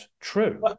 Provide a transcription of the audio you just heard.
true